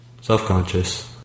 Self-conscious